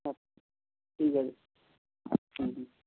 আচ্ছা ঠিক আছে হুম হুম